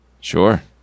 Sure